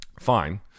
Fine